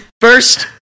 First